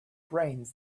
brains